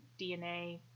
dna